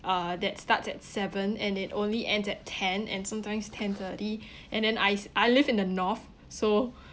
uh that starts at seven and it only ends at ten and sometimes ten thirty and then I s~ I live in the north so